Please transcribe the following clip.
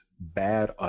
bad